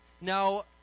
Now